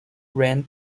ran